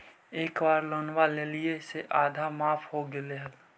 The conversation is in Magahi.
एक बार लोनवा लेलियै से आधा माफ हो गेले हल?